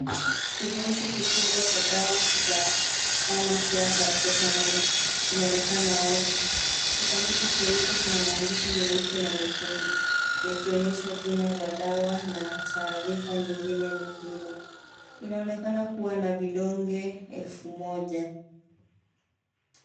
Kifurushi kikubwa cha dawa za pharmacare Paracetamol kinaonekana wazi. Kisanduku cheupe kina maadhishi meusi na nyekundu yakionyesha jina la dawa na taarifa nyengine muhimu. Inaonekana kuwa na vidonge elfu moja.